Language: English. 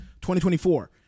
2024